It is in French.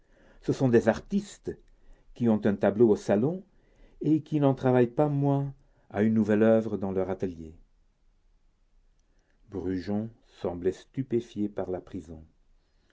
ce sont des artistes qui ont un tableau au salon et qui n'en travaillent pas moins à une nouvelle oeuvre dans leur atelier brujon semblait stupéfié par la prison